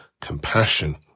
compassion